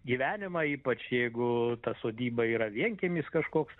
gyvenimą ypač jeigu ta sodyba yra vienkiemis kažkoks